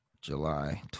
July